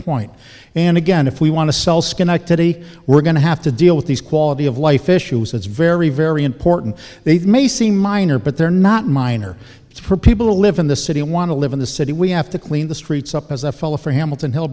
point and again if we want to sell schenectady we're going to have to deal with these quality of life issues that's very very important they've may seem minor but they're not minor for people who live in the city want to live in the city we have to clean the streets up as a fella for hamilton hel